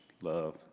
love